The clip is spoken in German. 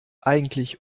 eigentlich